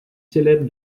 célèbre